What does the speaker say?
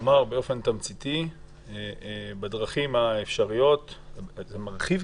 כלומר באופן תמציתי בדרכים האפשרויות זה מרחיב?